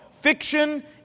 fiction